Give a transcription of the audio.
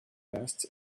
vest